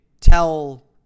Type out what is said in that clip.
tell